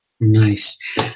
Nice